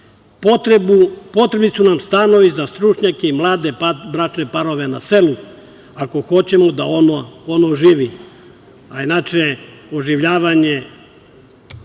potrebni stanovi za stručnjake i mlade bračne parove na selu, ako hoćemo da ono oživi. A, inače, oživljavanje